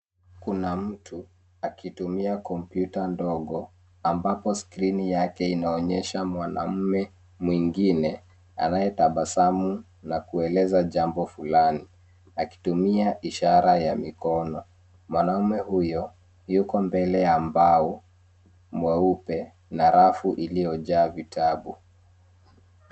Kuna mtu akitumia kompyuta ndogo ambapo skrini yake inaonyesha mwanamume mwingine anayetabasamu na kueleza jambo fulani ,akitumia ishara ya mikono. Mwanamume huyo yuko mbele ya mbao mweupe na rafu iliyojaa vitabu.